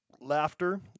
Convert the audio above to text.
Laughter